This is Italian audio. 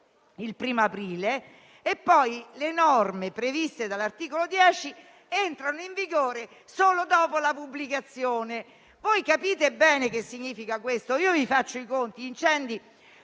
il primo aprile